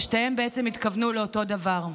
ושניהם בעצם התכוונו לאותו דבר.